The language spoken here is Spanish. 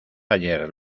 ayer